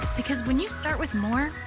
because when you start with more,